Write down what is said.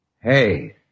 Hey